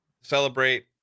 Celebrate